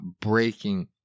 breaking